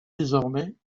désormais